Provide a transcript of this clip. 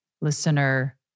listener